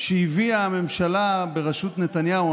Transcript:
שהביאה הממשלה בראשות נתניהו,